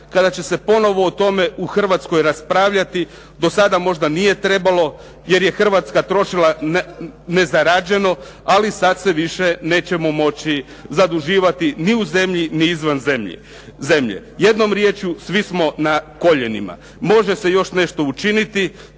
kada će se ponovo o tome u Hrvatskoj raspravljati. Do sada možda nije trebalo jer je Hrvatska trošila nezarađeno, ali sada se više nećemo moći zaduživati ni u zemlji ni izvan zemlje, jednom riječju svi smo na koljenima. Može se još nešto učiniti,